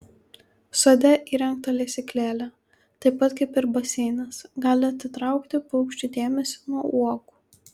sode įrengta lesyklėlė taip pat kaip ir baseinas gali atitraukti paukščių dėmesį nuo uogų